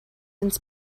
ins